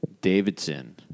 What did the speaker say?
Davidson